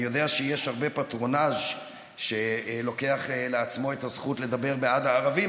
אני יודע שיש הרבה פטרונז' שלוקח לעצמו את הזכות לדבר בעד הערבים,